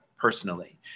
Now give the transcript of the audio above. personally